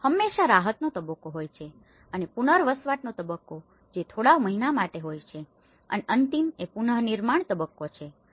ત્યાં હંમેશાં રાહતનો તબક્કો હોય છે અને પુનર્વસવાટનો તબક્કો જે થોડા મહિનાઓ માટે હોય છે અને અંતિમ એ પુનર્નિર્માણ તબક્કો છે